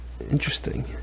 Interesting